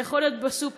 זה יכול להיות בסופר,